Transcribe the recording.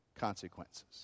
consequences